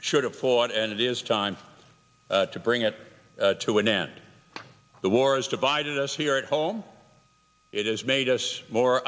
should have fought and it is time to bring it to an end the war has divided us here at home it has made us more